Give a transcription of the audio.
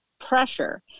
pressure